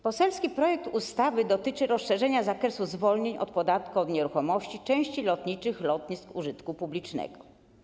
Poselski projekt ustawy dotyczy rozszerzenia zakresu zwolnień od podatku od nieruchomości części lotniczych lotnisk użytku publicznego.